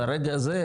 ברגע הזה,